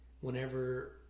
whenever